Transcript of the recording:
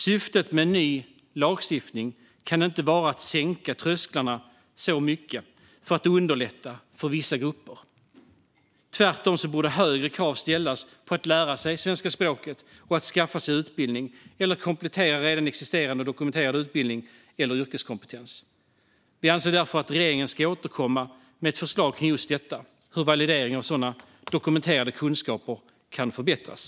Syftet med en ny lagstiftning kan inte vara att sänka trösklarna för att underlätta för vissa grupper. Tvärtom borde högre krav ställas på att lära sig svenska språket och att skaffa sig utbildning eller komplettera redan existerande och dokumenterad utbildning eller yrkeskompetens. Vi anser därför att regeringen bör återkomma med ett förslag kring just detta: hur validering av sådana dokumenterade kunskaper kan förbättras.